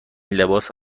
لباس